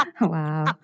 Wow